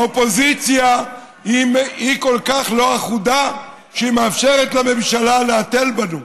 האופוזיציה היא כל כך לא אחודה שהיא מאפשרת לממשלה להתל בנו.